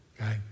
Okay